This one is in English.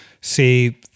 see